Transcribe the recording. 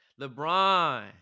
lebron